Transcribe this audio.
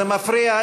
זה מפריע.